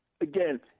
again